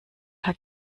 hat